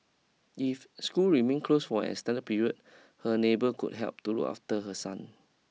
if school remain closed for an extended period her neighbour could help to look after her son